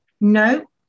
No